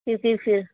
پھر